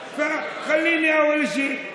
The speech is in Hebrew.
אז תן לי קודם כול,